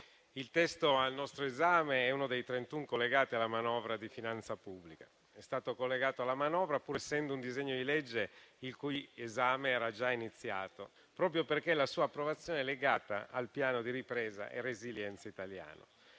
il testo al nostro esame è uno dei trentuno collegati alla manovra di finanza pubblica; è stato collegato alla manovra pur essendo un disegno di legge il cui esame era già iniziato, proprio perché la sua approvazione è legata al Piano di ripresa e resilienza italiano.